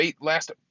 last